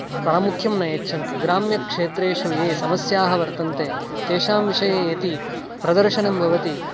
प्रामुख्यं न यच्छन्ति ग्राम्यक्षेत्रेषु ये समस्याः वर्तन्ते तेषां विषये यदि प्रदर्शनं भवति